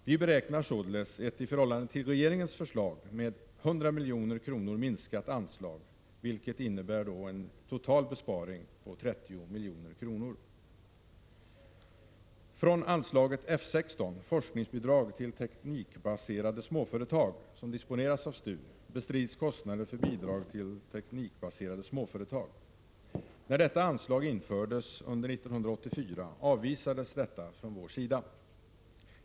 Vi beräknar således ett i förhållande till regeringens förslag med 100 milj.kr. minskat anslag, vilket innebär en total besparing på 30 milj.kr. Från anslaget F 16, Forskningsbidrag till teknikbaserade småföretag, som disponeras av STU, bestrids kostnader för bidrag till teknikbaserade småföretag. När detta anslag infördes under 1984 avvisades det från vår sida.